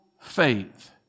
faith